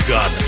God